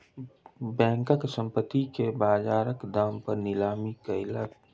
bank, संपत्ति के बजारक दाम पर नीलामी कयलक